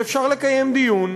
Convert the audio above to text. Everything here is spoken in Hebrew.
ואפשר לקיים דיון,